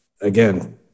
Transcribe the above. again